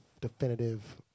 definitive